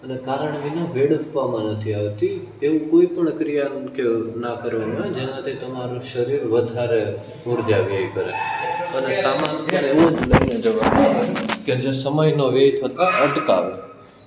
અને કારણ વિના વેડફવામાં નથી આવતી એમ કોઈ પણ ક્રિયા કે ના કરવામાં જેનાથી તમારું શરીર વધારે ઉર્જા વ્યય કરે અને સામાન પણ તેવો જ લઈને જવાનો કે જે સમયનો વ્યય થતા અટકાવે